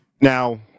Now